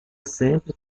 sempre